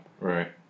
Right